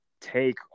take